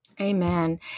Amen